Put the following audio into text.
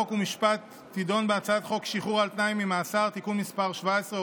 חוק ומשפט תידון בהצעת חוק שחרור על תנאי ממאסר (תיקון מס' 17,